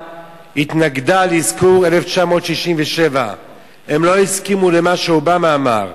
התנגדה לאזכור 1967. הם לא הסכימו למה שאובמה אמר.